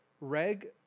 Reg